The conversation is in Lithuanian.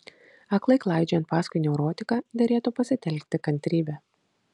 aklai klaidžiojant paskui neurotiką derėtų pasitelkti kantrybę